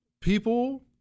People